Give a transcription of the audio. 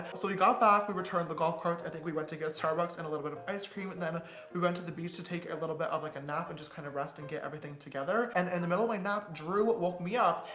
so we got back, we returned the golf carts. i think we went to get starbucks and a little bit of ice cream, and then we went to the beach to take a little bit of a like and nap and just kind of rest and get everything together. in and and the middle of my nap, drew woke me up,